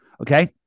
Okay